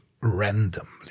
randomly